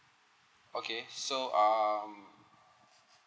okay so um